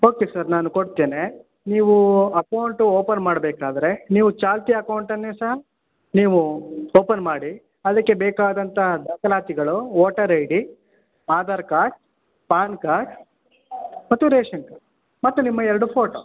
okay sir ನಾನು ಕೊಡ್ತೇನೆ ನೀವು ಅಕೌಂಟು ಓಪನ್ ಮಾಡಬೇಕಾದರೆ ನೀವು ಚಾಲ್ತಿ ಅಕೌಂಟನ್ನೇ ಸಹ ನೀವು ಓಪನ್ ಮಾಡಿ ಅದಕ್ಕೆ ಬೇಕಾದಂಥ ದಾಖಲಾತಿಗಳು voter I D Aadhaar card PAN card ಮತ್ತು ರೇಷನ್ ಕಾರ್ಡ್ ಮತ್ತು ನಿಮ್ಮ ಎರಡು ಫೋಟೋ